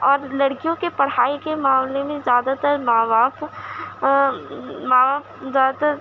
اور لڑکیوں کے پڑھائی کے معاملے میں زیادہ تر ماں باپ ماں باپ زیادہ تر